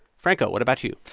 franco, what about you?